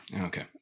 Okay